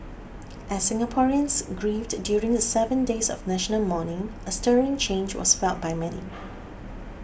as Singaporeans grieved during the seven days of national mourning a stirring change was felt by many